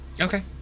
okay